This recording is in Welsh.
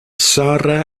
sarra